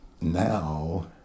now